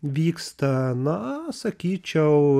vyksta na sakyčiau